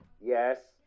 Yes